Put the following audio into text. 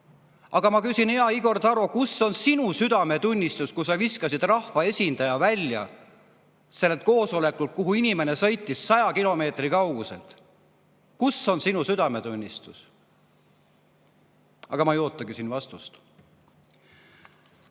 Aga ma küsin, hea Igor Taro, kus oli sinu südametunnistus, kui sa viskasid rahva esindaja välja sellelt koosolekult, kuhu inimene oli sõitnud 100 kilomeetri kauguselt? Kus oli sinu südametunnistus? Aga ma ei ootagi vastust.